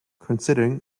considering